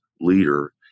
leader